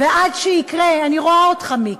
ועד שיקרה, אני רואה אותך, מיקי,